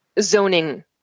Zoning